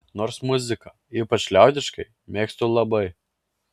nors muziką ypač liaudišką mėgstu labai